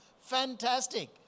Fantastic